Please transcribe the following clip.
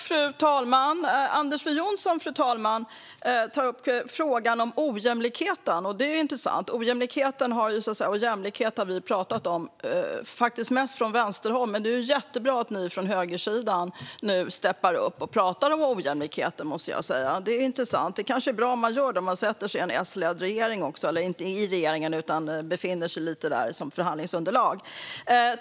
Fru talman! Anders W Jonsson tar upp frågan om ojämlikhet. Det är intressant. Detta med jämlikhet har vi ju pratat mest om från vänsterhåll, men det är jättebra att ni på högersidan nu steppar upp och pratar om det. Det är kanske bra att man gör det om man är med som förhandlingsunderlag till en S-ledd regering. Det här handlar också om vinster i välfärden.